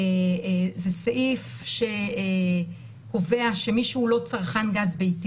זה סעיף שקובע שמי שהוא לא צרכן גז ביתי